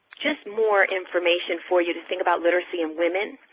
just more information for you to think about literacy and women,